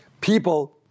People